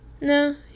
no